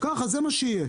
זה מה שיהיה.